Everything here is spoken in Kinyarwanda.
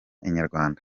inyarwanda